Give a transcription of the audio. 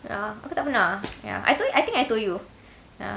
ya aku tak pernah ya I told yo~ I think I told you ya